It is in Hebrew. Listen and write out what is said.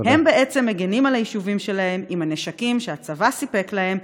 הם בעצם מגִנים על היישובים שלהם עם הנשקים שהצבא סיפק להם,